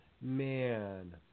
Man